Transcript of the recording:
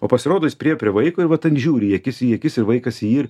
o pasirodo jis priėjo prie vaiko ir va ten žiūri į akis į akis ir vaikas į jį